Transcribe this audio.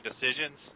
decisions